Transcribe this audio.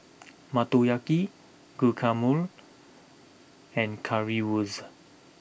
Motoyaki Guacamole and Currywurst